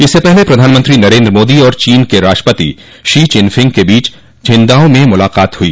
इससे पहले प्रधानमंत्री नरेन्द्र मोदी और चीन के राष्ट्रपति शी चिनफिंग के बीच छिंगदाओ में मुलाकात हुई